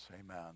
Amen